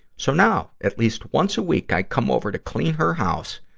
so now, at least once a week i come over to clean her house,